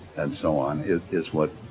and so on, is is what,